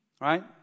Right